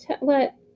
let